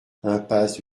impasse